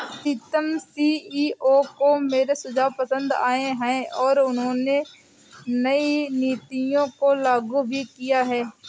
प्रीतम CEO को मेरे सुझाव पसंद आए हैं और उन्होंने नई नीतियों को लागू भी किया हैं